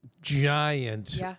giant